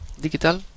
digital